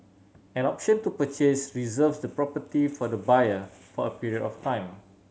an option to purchase reserves the property for the buyer for a period of time